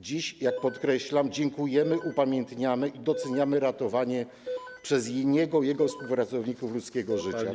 Dziś, jak podkreślam, dziękujemy, upamiętniamy i doceniamy ratowanie przez niego i jego współpracowników ludzkiego życia.